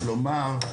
כלומר,